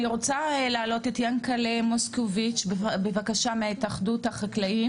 אני רוצה להעלות את יענקל'ה מוסקוביץ מהתאחדות החקלאים,